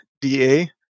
D-A